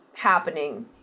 happening